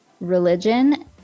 religion